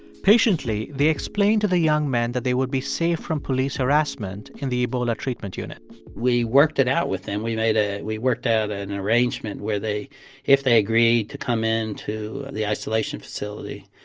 patiently, they explained to the young men that they would be safe from police harassment in the ebola treatment unit we worked it out with them. we made a we worked out an arrangement where they if they agreed to come in to the isolation facility,